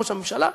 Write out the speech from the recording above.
ראש הממשלה,